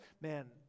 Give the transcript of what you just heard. man